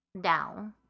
down